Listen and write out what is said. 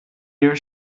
year